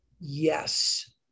Yes